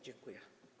Dziękuję.